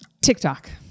TikTok